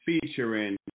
featuring